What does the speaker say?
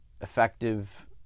effective